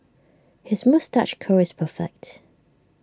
his moustache curl is perfect